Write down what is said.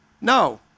no